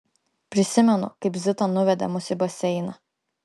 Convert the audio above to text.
prisimenu kaip zita nuvedė mus į baseiną